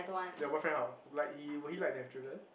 your boyfriend how like he will he like to have children